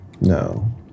No